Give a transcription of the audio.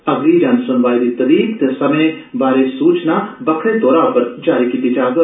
अगली जन सुनवाई दी तरीक ते समें बारै सूचना बक्खरे तौरा उप्पर जारी कीती जाग